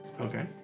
Okay